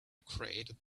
created